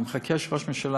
אני מחכה שראש הממשלה